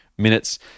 minutes